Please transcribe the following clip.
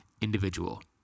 individual